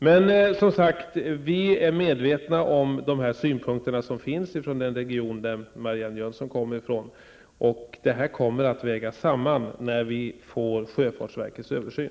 Vi är alltså medvetna om synpunkterna från Marianne Jönssons region, och de kommer att vägas samman med synpunkterna i sjöfartsverkets översyn.